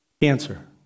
Cancer